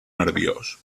nerviós